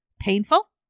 painful